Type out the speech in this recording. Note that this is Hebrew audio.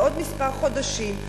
בעוד כמה חודשים,